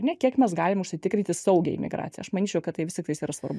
ar ne kiek mes galim užsitikrinti saugią imigraciją aš manyčiau kad tai vis tiktais yra svarbu